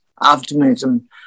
optimism